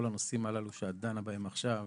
כל הנושאים הללו שאת דנה בהם עכשיו